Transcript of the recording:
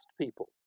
people